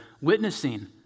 witnessing